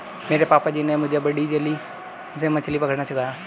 मेरे पापा जी ने मुझे बड़ी जाली से मछली पकड़ना सिखाया